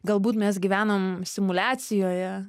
galbūt mes gyvenam simuliacijoje